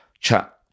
chat